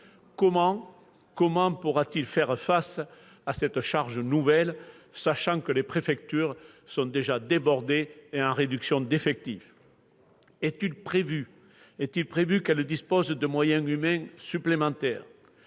Comment pourra-t-il faire face à cette charge nouvelle, sachant que les préfectures sont débordées et subissent déjà des réductions d'effectifs ? Est-il prévu que ces dernières disposent de moyens humains supplémentaires ?